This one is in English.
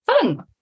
fun